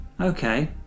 okay